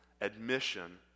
admission